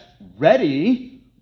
ready